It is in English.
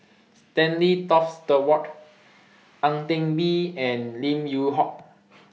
Stanley Toft Stewart Ang Teck Bee and Lim Yew Hock